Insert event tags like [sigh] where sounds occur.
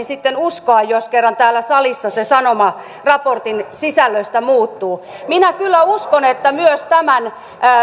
[unintelligible] sitten uskoa jos kerran täällä salissa se sanoma raportin sisällöstä muuttuu minä kyllä uskon että myös tämän